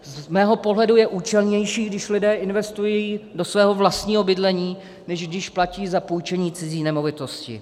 Z mého pohledu je účelnější, když lidé investují do svého vlastního bydlení, než když platí za půjčení cizí nemovitosti.